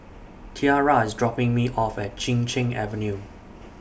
Tiara IS dropping Me off At Chin Cheng Avenue